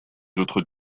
autres